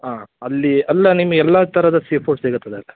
ಹಾಂ ಅಲ್ಲಿ ಅಲ್ಲಿ ನಿಮ್ಗೆ ಎಲ್ಲ ಥರದ ಸೀ ಫುಡ್ ಸಿಗುತ್ತದೆ